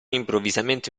improvvisamente